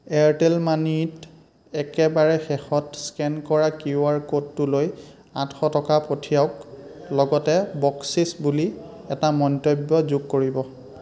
Airtel মানিত একেবাৰে শেষত স্কেন কৰা কিউ আৰ ক'ডটোলৈ আঠশ টকা পঠিয়াওক লগতে বকচিচ বুলি এটা মন্তব্য যোগ কৰিব